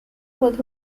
with